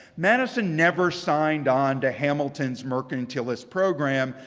madison never signed on to hamilton's mercantilist program,